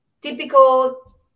typical